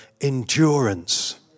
endurance